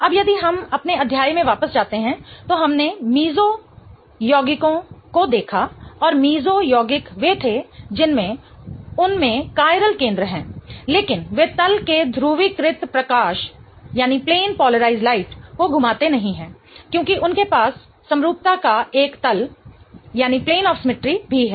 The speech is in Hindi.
अब यदि हम अपने अध्याय में वापस जाते हैं तो हमने मेसो यौगिकों को देखा और मेसो यौगिक वे थे जिनमें उन में कायरल केंद्र हैं लेकिन वे तल के ध्रुवीकृत प्रकाश को घुमाते नहीं हैं क्योंकि उनके पास समरूपता का एक तल भी है